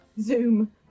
Zoom